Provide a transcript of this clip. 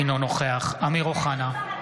אינו נוכח אמיר אוחנה,